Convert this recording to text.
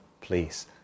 please